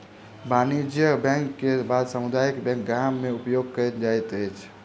वाणिज्यक बैंक के बाद समुदाय बैंक गाम में उपयोग कयल जाइत अछि